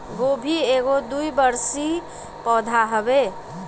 गोभी एगो द्विवर्षी पौधा हवे